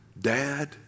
Dad